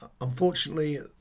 Unfortunately